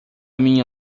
minha